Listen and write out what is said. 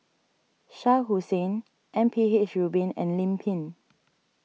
Shah Hussain M P H Rubin and Lim Pin